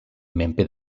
menpe